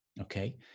okay